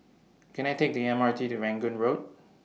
Can I Take The M R T to Rangoon Road